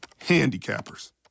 Handicappers